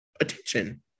attention